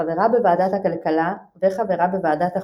חברה בוועדת הכלכלה וחברה בוועדת החוקה,